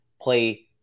play